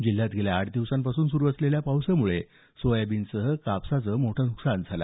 जिल्ह्यात गेल्या आठ दिवसांपासून सुरु असलेल्या पावसामुळे सोयाबीनसह कापसाचं मोठ नुकसान झालं